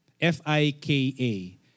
F-I-K-A